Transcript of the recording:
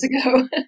ago